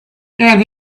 and